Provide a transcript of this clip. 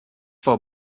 for